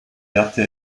lehrte